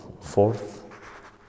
fourth